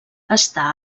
està